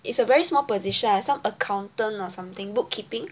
it's a very small position some accountant or something bookkeeping